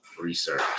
research